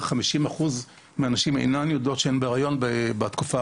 50 אחוזים מהנשים לא יודעות שהן בהריון בהתחלה,